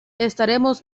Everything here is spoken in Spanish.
estaremos